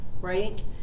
right